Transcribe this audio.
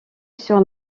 sur